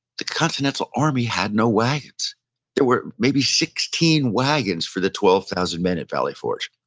the continental army had no wagons there were maybe sixteen wagons for the twelve thousand men at valley forge.